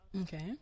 Okay